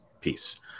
piece